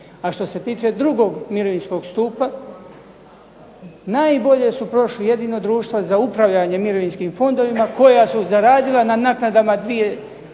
A što se tiče drugog mirovinskog stupa, najbolje su prošli jedino društva za upravljanje mirovinskim fondovima koja su zaradila na naknadama skoro